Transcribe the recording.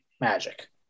magic